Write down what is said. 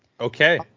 Okay